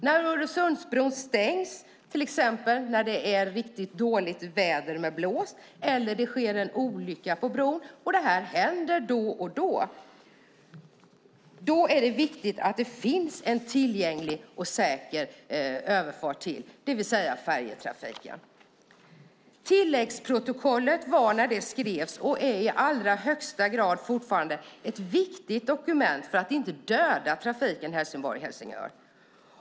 När Öresundsbron stängs, till exempel när det är riktigt dåligt väder med blåst eller när det sker en olycka på bron, och det händer då och då, är det viktigt att det finns en tillgänglig och säker överfart till, det vill säga färjetrafiken. Tilläggsprotokollet var när det skrevs, och är det i alla högsta grad fortfarande, ett viktigt dokument för att inte döda trafiken Helsingborg-Helsingör.